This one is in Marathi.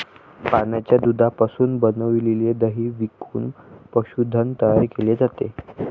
प्राण्यांच्या दुधापासून बनविलेले दही विकून पशुधन तयार केले जाते